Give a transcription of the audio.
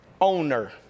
Owner